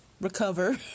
recover